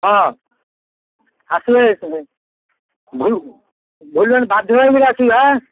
ହଁ ଆସିବେ ଆସିବେ ଭୁଲିବେନି ବାଧ୍ୟ ହେଇକି ଆସିବେ